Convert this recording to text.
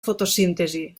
fotosíntesi